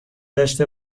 داشته